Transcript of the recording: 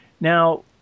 Now